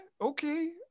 okay